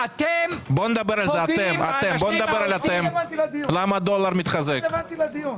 זה לא רלוונטי לדיון.